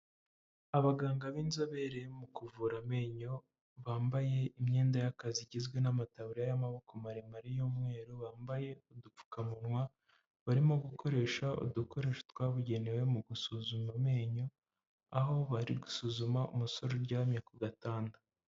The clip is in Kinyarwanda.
Abaganga b'inzobere mu kuvura amenyo bambaye imyenda y'akazi, igizwe n'amataburiya y'amaboko maremare y'umweru, bambaye udupfukamunwa barimo gukoresha udukoresho twabugenewe mu gusuzuma amenyo aho bari gusuzuma umusore uryamye ku gatanda.